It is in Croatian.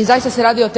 i zaista se radi o